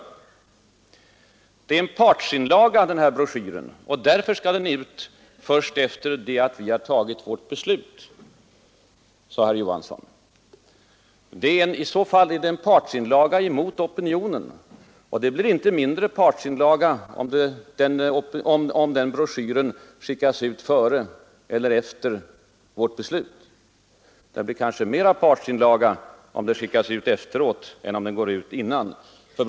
Broschyren är en ”partsinlaga”, och därför skall den ut först efter det att vi har fattat vårt beslut, sade herr Johansson i Trollhättan. Ja, i så fall är den en partsinlaga mot opinionen. Den blir inte mindre partsinlaga om den skickas ut efter vårt beslut; kanske mera partsinlaga i själva verket om den skickas ut efteråt än om den går ut före beslutet.